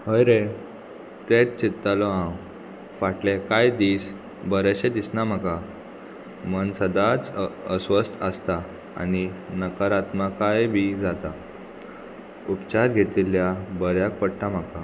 हय रे तेच चित्तालो हांव फाटले कांय दीस बरेंशें दिसना म्हाका मन सदांच अस्वस्थ आसता आनी नकारात्मकाय बी जाता उपचार घेतिल्ल्या बऱ्याक पडटा म्हाका